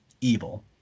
evil